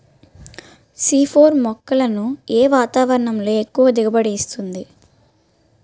C four మొక్కలను ఏ వాతావరణంలో ఎక్కువ దిగుబడి ఇస్తుంది?